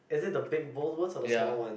is this the big bold or the small one